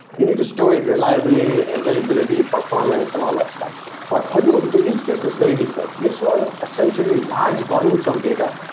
you need to store it reliably, availability, performance and all that stuff. for hadoop, the use case was very different, this was essentially large volumes of data,